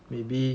maybe